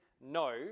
no